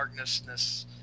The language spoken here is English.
darknessness